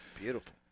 beautiful